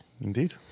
Indeed